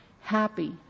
happy